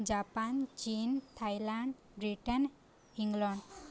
Japan ଚୀନ Thailand Britain England